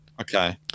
Okay